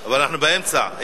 אבל אנחנו באמצע.